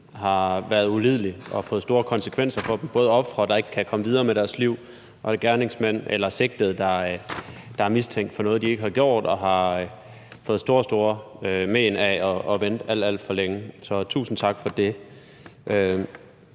har været ulidelig og har fået store konsekvenser for dem. Det gælder både ofre, der ikke kan komme videre med deres liv, og sigtede, der er mistænkt for noget, de ikke har gjort, og som har fået store, store men af at vente alt, alt for længe. Så tusind tak for det.